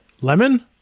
lemon